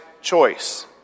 choice